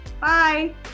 Bye